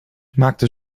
maakte